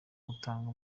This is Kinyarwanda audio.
gutanga